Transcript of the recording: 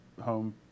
home